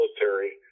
military